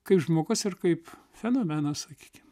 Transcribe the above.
kaip žmogus ir kaip fenomenas sakykim